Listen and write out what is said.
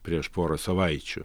prieš porą savaičių